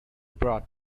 brought